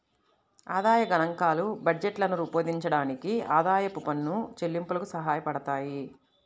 ఆదాయ గణాంకాలు బడ్జెట్లను రూపొందించడానికి, ఆదాయపు పన్ను చెల్లింపులకు సహాయపడతాయి